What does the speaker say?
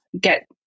get